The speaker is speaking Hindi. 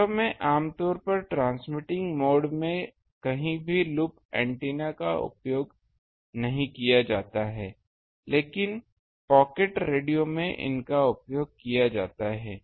वास्तव में आम तौर पर ट्रांसमिटिंग मोड में कहीं भी लूप एंटीना का उपयोग नहीं किया जाता है लेकिन पॉकेट रेडियो में इनका उपयोग किया जाता है